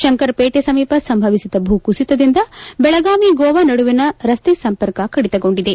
ಶಂಕರಪೇಟೆ ಸಮೀಪ ಸಂಭವಿಸಿದ ಭೂಕುಸಿತದಿಂದ ಬೆಳಗಾವಿ ಗೋವಾ ನಡುವಿನ ರಸ್ತೆ ಸಂಪರ್ಕವೂ ಕಡಿತಗೊಂಡಿದೆ